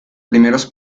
primeros